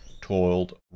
toiled